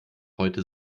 heute